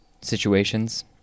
situations